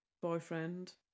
boyfriend